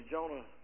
Jonah